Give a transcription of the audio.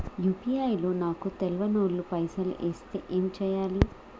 UPI లో నాకు తెల్వనోళ్లు పైసల్ ఎస్తే ఏం చేయాలి?